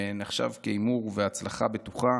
והוא נחשב להימור והצלחה בטוחה